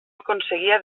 aconseguia